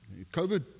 COVID